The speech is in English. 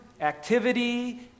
activity